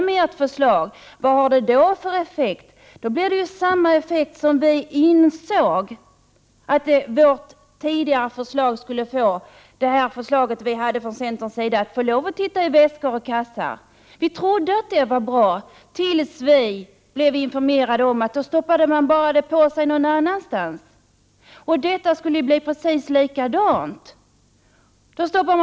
Vad blir det då för effekt? Det blir ju samma effekt som vi insåg att vårt tidigare förslag skulle få, alltså centerns förslag att polisen skulle få lov att titta i väskor och kassar. Vi trodde att det var ett bra förslag tills dess vi informerades om att man i så fall stoppar på sig färgburken någon annanstans. Detta skulle få precis samma resultat.